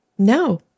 No